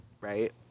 right